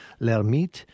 Lermite